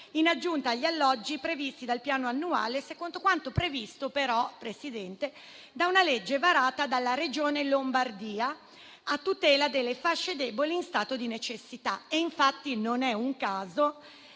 in aggiunta agli alloggi previsti dal piano annuale, secondo quanto previsto da una legge varata dalla Regione Lombardia a tutela delle fasce deboli in stato di necessità. Infatti, non è un caso